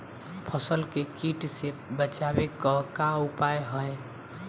फसलन के कीट से बचावे क का उपाय है?